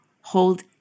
hold